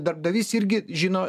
darbdavys irgi žino